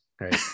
right